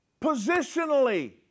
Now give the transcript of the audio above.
Positionally